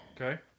Okay